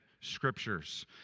scriptures